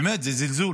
באמת, זה זלזול